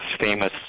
famous